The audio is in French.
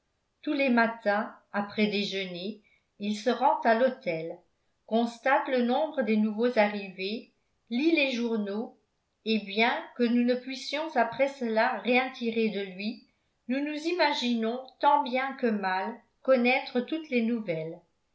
tous les matins après déjeuner il se rend à l'hôtel constate le nombre des nouveaux arrivés lit les journaux et bien que nous ne puissions après cela rien tirer de lui nous nous imaginons tant bien que mal connaître toutes les nouvelles